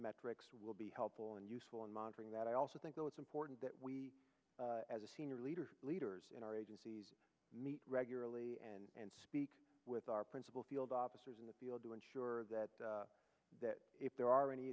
metrics will be helpful and useful in monitoring that i also think it's important that we as a senior leader leaders in our agencies meet regularly and speak with our principal field officers in the field to ensure that that if there are any